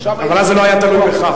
אבל אז זה לא היה תלוי בך.